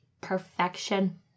Perfection